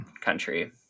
country